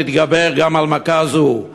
נתגבר גם על מכה זו,